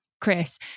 Chris